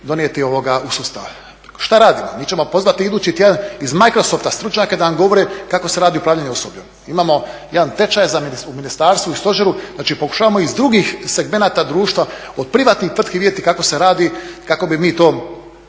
donijeti u sustav. Šta radimo? Mi ćemo pozvati idući tjedan iz Microsofta stručnjake da nam govore kako se radi upravljanje osobljem. Imamo jedan tečaj u ministarstvu i stožeru, znači pokušavamo iz drugih segmenata društva od privatnih tvrtki vidjeti kako se radi kako bi mi to